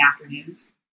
afternoons